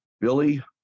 Billy